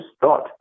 thought